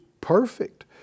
perfect